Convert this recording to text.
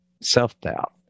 self-doubt